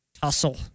tussle